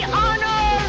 honor